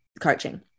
coaching